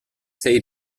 sei